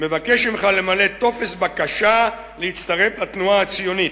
מבקש ממך למלא טופס בקשה להצטרף לתנועה הציונית.